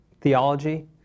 theology